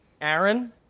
Aaron